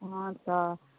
हॅं तऽ